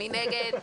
מי נגד?